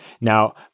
now